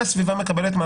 למה הסביבה מקבלת,